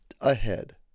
ahead